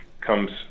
comes